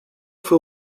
fue